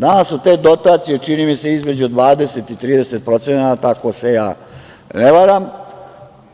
Danas su te dotacije, čini mi se, između 20% i 30% ako se ja ne varam,